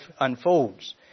unfolds